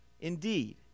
indeed